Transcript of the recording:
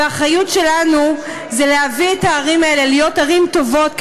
והאחריות שלנו היא להביא את הערים האלה להיות ערים טובות,